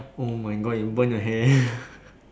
oh my God you burned your hair